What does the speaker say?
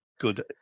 good